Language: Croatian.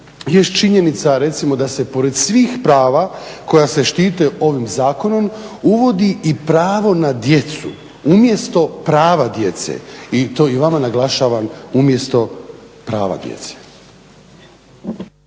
jest činjenica recimo da se pored svih prava koja se štite ovim zakonom uvodi i pravo na djecu, umjesto prava djece i to i vama naglašavam, umjesto prava djece.